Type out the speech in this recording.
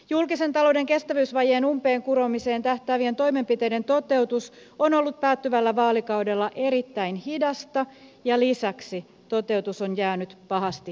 julkisen talouden kestävyysvajeen umpeenkuromiseen tähtäävien toimenpiteiden toteutus on ollut päättyvällä vaalikaudella erittäin hidasta ja lisäksi toteutus on jäänyt pahasti kesken